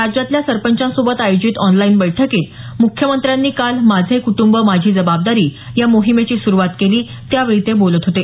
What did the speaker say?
राज्यातल्या सरपंचांसोबत आयोजित ऑनलाईन बैठकीत मुख्यमंत्र्यांनी काल माझे कुटंब माझी जबाबदारी या मोहिमेची सुरुवात केली त्यावेळी ते बोलत होते